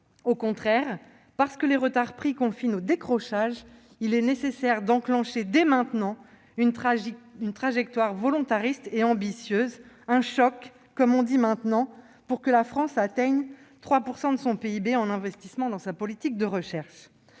Au contraire, parce que les retards pris confinent au décrochage, il est nécessaire d'enclencher dès maintenant une trajectoire volontariste et ambitieuse, un « choc », comme on dit maintenant, pour que les investissements de la France dans sa politique de recherche